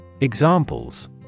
Examples